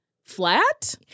Flat